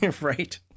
Right